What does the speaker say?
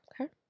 Okay